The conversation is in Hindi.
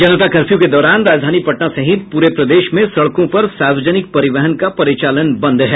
जनता कर्फ्यू के दौरान राजधानी पटना सहित प्रे प्रदेश में सड़कों पर सार्वजनिक परिवहन का परिचालन बंद है